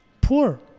poor